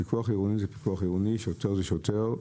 פיקוח עירוני זה פיקוח עירוני, שוטר זה שוטר.